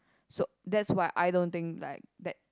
so that's why I don't think like that